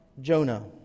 Jonah